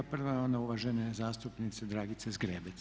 Prva je ona uvažene zastupnice Dragice Zgrebec.